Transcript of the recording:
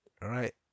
right